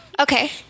okay